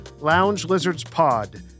loungelizardspod